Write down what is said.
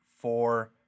four